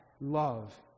love